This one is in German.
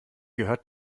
gehört